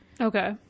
Okay